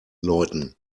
läuten